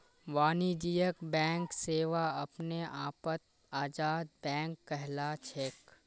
वाणिज्यिक बैंक सेवा अपने आपत आजाद बैंक कहलाछेक